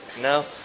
no